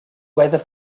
weather